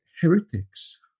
heretics